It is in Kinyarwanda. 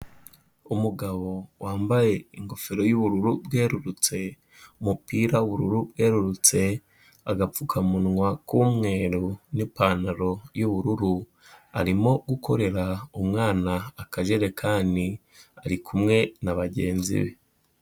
Umugabo wambaye ingofero y'ubururu bwerurutse, umupira w'ubururu bwerurutse, agapfukamunwa k'umweru n'ipantaro y'ubururu, arimo gukorera umwana akajerekani ari kumwe na bagenzi be.